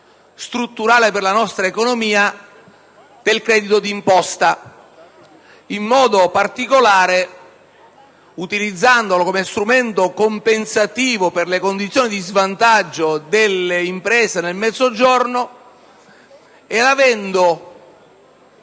strutturale per la nostra economia del credito d'imposta, in modo particolare utilizzandolo come strumento compensativo per le condizioni di svantaggio delle imprese nel Mezzogiorno, essendosi